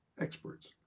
experts